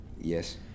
yes